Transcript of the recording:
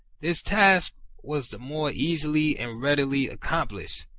this task was the more easily and readily accomplished,